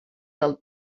del